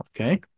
okay